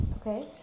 Okay